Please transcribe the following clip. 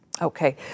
Okay